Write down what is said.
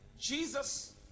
Jesus